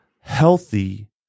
healthy